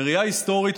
בראייה היסטורית,